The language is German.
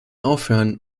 aufhören